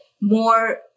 More